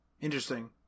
Interesting